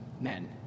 men